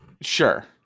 Sure